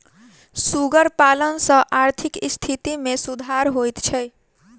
सुगर पालन सॅ आर्थिक स्थिति मे सुधार होइत छै